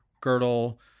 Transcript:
girdle